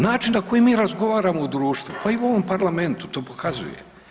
Način na koji mi razgovaramo u društvu, pa i u ovom parlamentu to pokazuje.